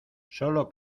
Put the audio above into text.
sólo